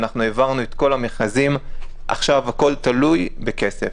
העברנו את כל המכרזים, עכשיו הכול תלוי בכסף.